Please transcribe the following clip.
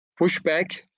pushback